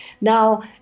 Now